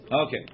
Okay